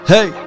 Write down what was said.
Hey